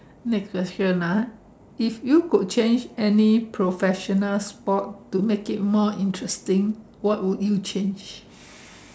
next question ah if you could change any professional sport to make it more interesting what would you change